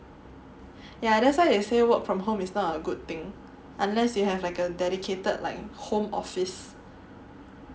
ya that's why they say work from home is not a good thing unless you have like a dedicated like home office